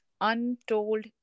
untold